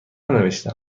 ننوشته